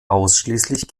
ausschließlich